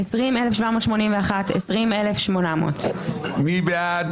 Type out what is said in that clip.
20,781 עד 20,800. מי בעד?